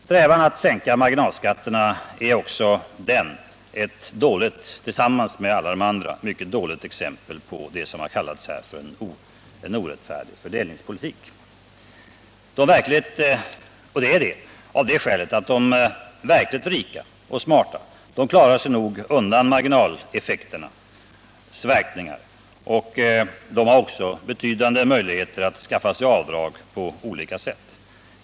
Strävan att sänka marginalskatterna är också den ett dåligt exempel på det som kallas orättfärdig fördelningspolitik. De verkligt rika och smarta klarar sig nog undan marginaleffekternas verkningar, bl.a. genom att de har betydande möjligheter att skaffa avdrag på olika sätt.